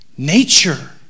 Nature